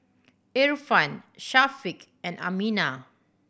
Irfan Syafiq and Aminah